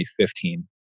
2015